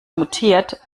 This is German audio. mutiert